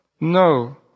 No